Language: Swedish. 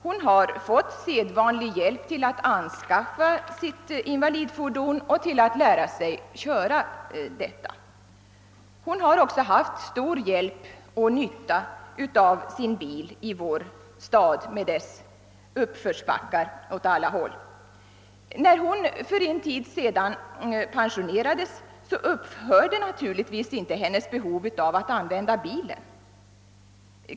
Hon har fått sedvanligt bistånd för att anskaffa och lära sig köra sitt invalidfordon, och hon har också haft stor hjälp och nytta av sin bil i vår stad med dess många backar. När hon för en tid sedan pensionerades upphörde naturligtvis inte hennes behov av att använda bilen.